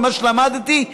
ממה שלמדתי,